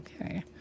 Okay